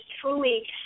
truly